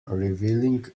revealing